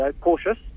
cautious